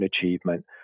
achievement